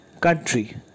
country